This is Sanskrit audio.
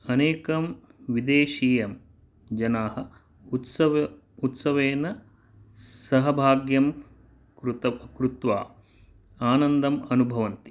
अनेके विदेशीयजनाः उत्सव उत्सवेन सहभाग्यं कृत कृत्वा आनन्दम् अनुभवन्ति